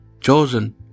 chosen